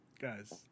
guys